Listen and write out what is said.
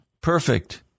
perfect